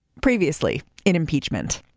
previously in impeachment